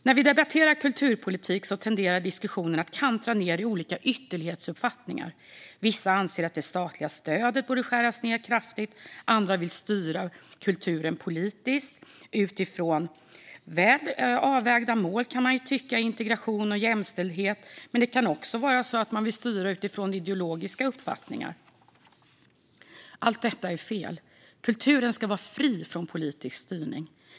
När vi debatterar kulturpolitik tenderar diskussionen att kantra ned i olika ytterlighetsuppfattningar. Vissa anser att det statliga stödet borde skäras ned kraftigt. Andra vill styra kulturen politiskt utifrån väl avvägda mål, kan man tycka, som integration och jämställdhet. Men det kan också vara så att man vill styra utifrån ideologiska uppfattningar. Allt detta är fel. Kulturen ska vara fri från politisk styrning.